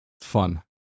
fun